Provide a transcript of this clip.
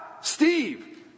Steve